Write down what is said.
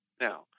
Now